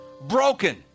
broken